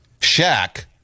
Shaq